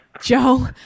Joe